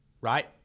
right